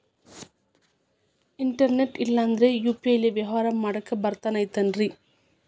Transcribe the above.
Internet ಇಲ್ಲಂದ್ರ UPI ಲೇ ವ್ಯವಹಾರ ಮಾಡಾಕ ಬರತೈತೇನ್ರೇ?